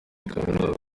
kaminuza